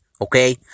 okay